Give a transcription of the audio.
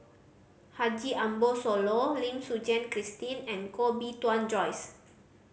Haji Ambo Sooloh Lim Suchen Christine and Koh Bee Tuan Joyce